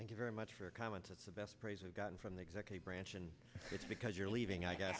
thank you very much for a comment that's the best phrase i've gotten from the executive branch and it's because you're leaving i got